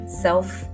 self